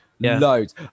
loads